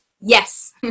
yes